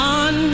on